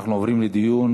אנחנו עוברים לדיון.